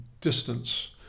distance